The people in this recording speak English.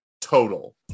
total